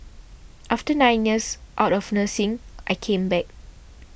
after nine years out of nursing I came back